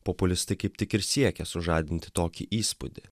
populistai kaip tik ir siekia sužadinti tokį įspūdį